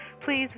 please